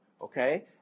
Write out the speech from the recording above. okay